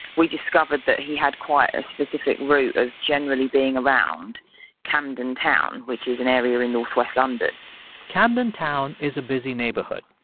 we discovered that he had quite a specific route of generally being around camden town, which is an area in northwest london camden town is a busy neighborhood.